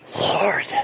Lord